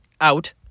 out